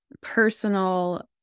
personal